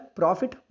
profit